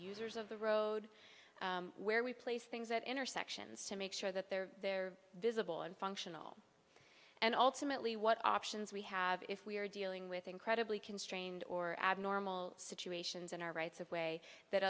users of the road where we place things at intersections to make sure that they're there visible and functional and ultimately what options we have if we are dealing with incredibly constrained or abnormal situations in our rights of way that